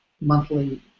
monthly